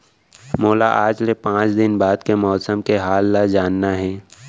मोला आज ले पाँच दिन बाद के मौसम के हाल ल जानना हे?